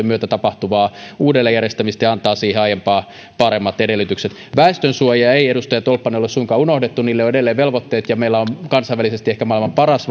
myötä tapahtuvaa uudelleenjärjestämistä ja antaa siihen aiempaa paremmat edellytykset väestönsuojia ei edustaja tolppanen ole suinkaan unohdettu niille on edelleen velvoitteet ja meillä on kansainvälisesti ehkä maailman paras